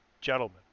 gentlemen